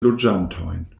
loĝantojn